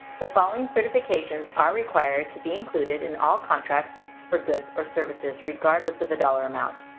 the following certifications are required to be included in all contracts for goods or services regardless of the dollar amount.